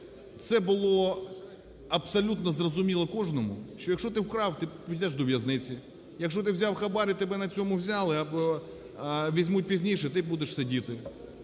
це було абсолютно зрозуміло кожному, що якщо ти вкрав, ти підеш до в'язниці, якщо ти взяв хабар і тебе на цьому взяли або візьмуть пізніше, ти будеш сидіти,